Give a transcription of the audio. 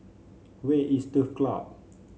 where is Turf Club